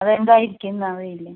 അത് എന്തായിരിക്കുമെന്ന് അറിയില്ല